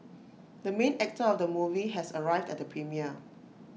the main actor of the movie has arrived at the premiere